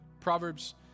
Proverbs